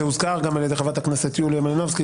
וזה הוזכר גם על-ידי חברת הכנסת יוליה מלינובסקי,